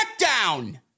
SmackDown